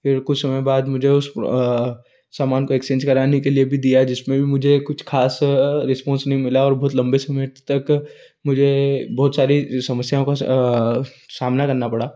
फिर कुछ समय बाद मुझे उस सामान को एक्सचेंज कराने के लिए भी दिया जिसमें भी मुझे कुछ खास रिस्पॉन्स नहीं मिला और बहुत लम्बे समय तक मुझे बहुत सारी समस्याओं का सामना करना पड़ा